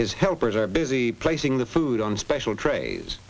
his helpers are busy placing the food on special trays